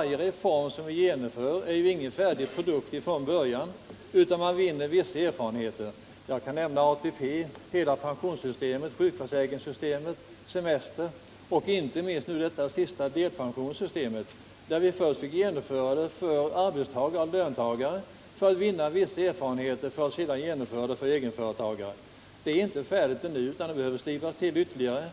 Ingen reform som vi genomför är ju, herr Carlshamre, någon färdig produkt från början, utan man vinner vissa erfarenheter undan för undan. Det gäller ATP, ja, hela pensionssystemet, sjukförsäkringssystemet, semestervillkoren och inte minst det nu aktuella delpensionssystemet. Där fick vi först genomföra reformen för arbetstagare för att vinna vissa erfarenheter och sedan kunna genomföra den också för egenföretagare. Men systemet är inte färdigt ännu utan behöver slipas av ytterligare.